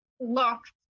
locked